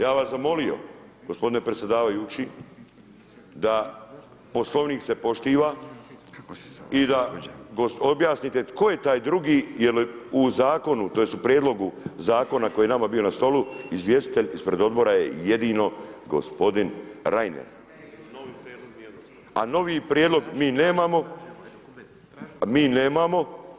Ja bih vas zamolio gospodine predsjedavajući da Poslovnik se poštuje i da objasnite tko je taj drugi jer je u zakonu, tj. u prijedlogu zakona koji je nama bio na stolu izvjestitelj ispred odbora je jedino gospodin Reiner a novi prijedlog mi nemamo, mi nemamo.